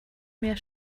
mehr